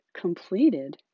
completed